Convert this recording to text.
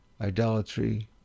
idolatry